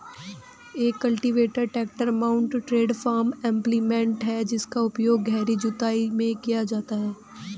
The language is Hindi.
एक cultivator tractor mounted farm implement है जिसका उपयोग गहरी जुताई में किया जाता है